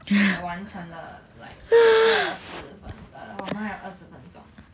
完成了 like 二十分 uh 我们还有二十分钟